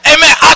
Amen